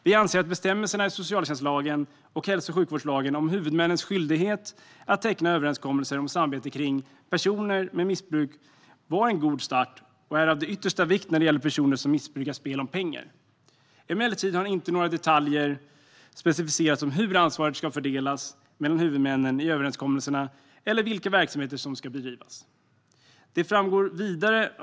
Vi anser att bestämmelserna i socialtjänstlagen och hälso och sjukvårdslagen om huvudmännens skyldighet att teckna överenskommelser om samarbete kring personer med missbruk var en god start. De är av yttersta vikt när det gäller personer som missbrukar spel om pengar. Men några detaljer om hur ansvaret ska fördelas mellan huvudmännen i överenskommelserna eller vilka verksamheter som ska bedrivas har inte specificerats.